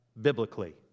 biblically